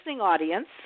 audience